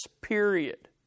period